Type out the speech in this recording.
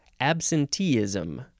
absenteeism